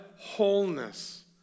wholeness